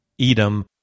Edom